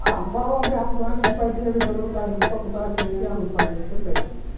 आं सर्वमपि अहं प्लेन् कृत्वा किमिति सर्वं प्लेन् कृत्वा कुतः किम् इति अहं युष्माकं कृते प्रेषयामि